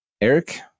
Eric